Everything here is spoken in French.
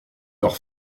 leur